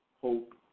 hope